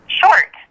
short